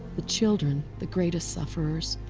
the children the greatest sufferers,